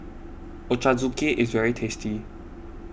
Ochazuke is very tasty